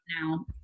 now